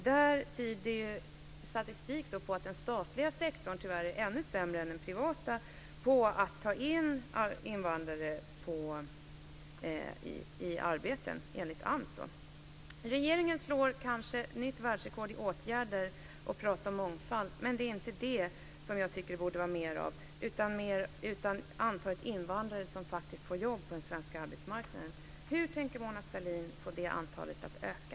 Där tyder statistik från AMS på att den statliga sektorn tyvärr är ännu sämre än den privata på att ta in invandrare i arbete. Regeringen slår kanske nytt världsrekord i åtgärder och prat om mångfald. Men det är inte det som jag tycker att det borde vara mer av, utan av antalet invandrare som faktiskt får jobb på den svenska arbetsmarknaden. Hur tänker Mona Sahlin få det antalet att öka?